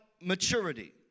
maturity